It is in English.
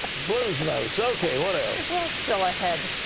blue's notes. okay, what else? well, still ahead,